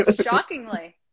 Shockingly